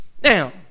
now